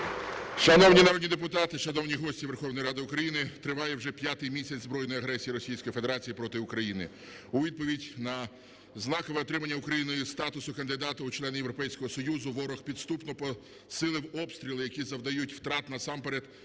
Шановні народні депутати, шановні гості Верховної Ради України, триває вже п'ятий місяць збройної агресії Російської Федерації проти України. У відповідь на знакове отримання Україною статусу кандидата у члени Європейського Союзу ворог підступно посилив обстріли, які завдають втрат насамперед